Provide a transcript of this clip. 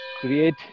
create